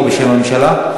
או בשם הממשלה,